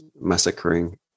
massacring